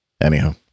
anyhow